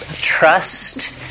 trust